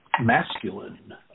masculine